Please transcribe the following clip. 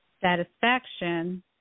satisfaction